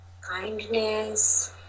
kindness